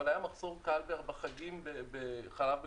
אבל היה מחסור קל בחגים בחלב בקרטון.